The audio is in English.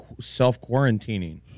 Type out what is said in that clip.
self-quarantining